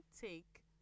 take